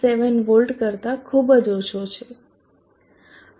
7 volt કરતા ખૂબ જ ઓછો છે